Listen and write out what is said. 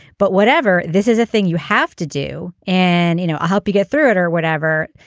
but whatever. this is a thing you have to do and you know i'll help you get through it or whatever.